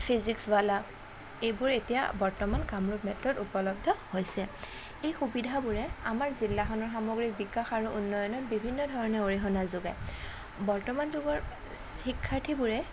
ফিজিক্সৱালা এইবোৰ এতিয়া বৰ্তমান কামৰূপ মেট্ৰোত উপলব্ধ হৈছে এই সুবিধাবোৰে আমাৰ জিলাখনৰ সামগ্ৰীক বিকাশ আৰু উন্নয়নত বিভিন্ন ধৰণে অৰিহণা যোগায় বৰ্তমান যুগৰ শিক্ষাৰ্থীবোৰে